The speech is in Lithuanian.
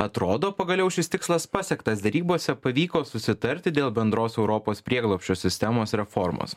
atrodo pagaliau šis tikslas pasiektas derybose pavyko susitarti dėl bendros europos prieglobsčio sistemos reformos